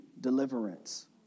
Deliverance